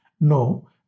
No